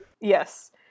Yes